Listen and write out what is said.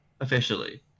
officially